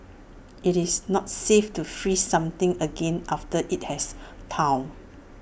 it's not safe to freeze something again after IT has thawed